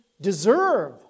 deserve